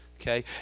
Okay